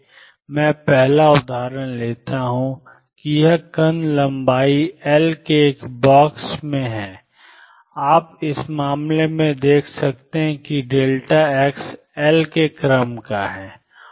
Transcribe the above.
तो मैं पहला उदाहरण लेता हूं कि यह कण लंबाई एल के एक बॉक्स में है और आप इस मामले में देख सकते हैं कि x एल के क्रम का है